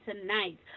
tonight